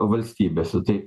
valstybėse tai